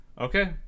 okay